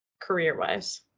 career-wise